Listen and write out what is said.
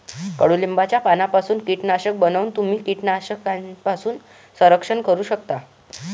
कडुलिंबाच्या पानांपासून कीटकनाशक बनवून तुम्ही कीटकांपासून संरक्षण करू शकता